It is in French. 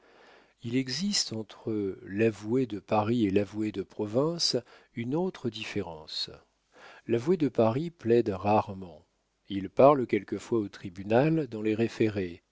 il existe entre l'avoué de paris et l'avoué de province une autre différence l'avoué de paris plaide rarement il parle quelquefois au tribunal dans les référés